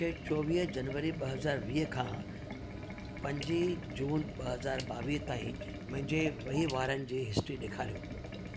मूंखे चोवीह जनवरी ॿ हज़ार वीह खां पंजी जून ॿ हज़ार ॿावीह ताईं मुंहिंजे वहिंवारनि जी हिस्ट्री ॾेखारियो